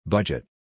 Budget